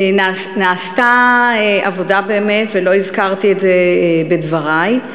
נעשתה עבודה, באמת, ולא הזכרתי את זה בדברי,